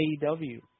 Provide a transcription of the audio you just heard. AEW